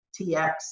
tx